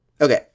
Okay